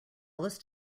list